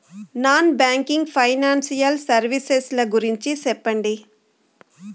Non banking financial services ల గురించి సెప్పండి?